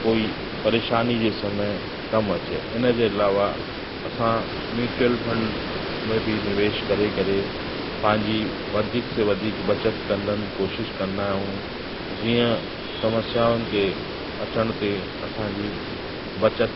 कोई परेशानी जे समय कम अचे इन जे अलावा असां म्यूचुअल फंड में बि निवेश करे करे पंहिंजी वधीक से वधीक बचति करण जी कोशिश कंदा आहियूं जीअं समस्याउनि ते अचण ते असांजी बचति